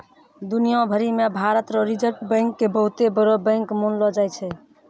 दुनिया भरी मे भारत रो रिजर्ब बैंक के बहुते बड़ो बैंक मानलो जाय छै